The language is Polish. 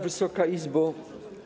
Wysoka Izbo!